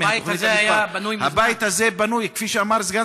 הבית הזה היה בנוי מזמן.